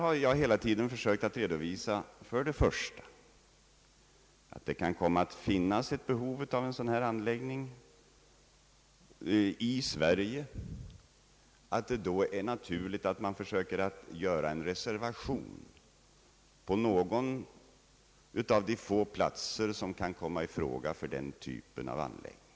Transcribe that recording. Jag har hela tiden försökt att redovisa att det kan komma att finnas ett behov av en sådan anläggning i Sverige och att det då är naturligt att man försöker reservera mark på någon av de få platser som kan komma i fråga för denna typ av anläggning.